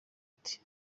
ati